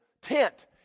tent